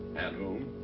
at whom,